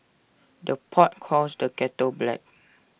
the pot calls the kettle black